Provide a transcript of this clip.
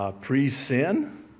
pre-sin